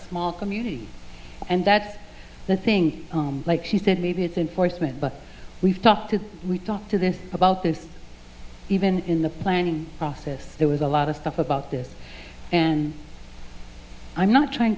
small community and that's the thing like she said maybe it's enforcement but we've talked to we talked to this about this even in the planning process there was a lot of stuff about this and i'm not trying